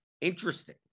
Interesting